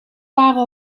waren